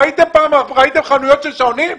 ראיתם חנויות של שעונים?